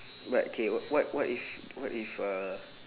but okay what if what if a